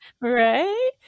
Right